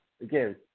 again